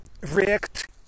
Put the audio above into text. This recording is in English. react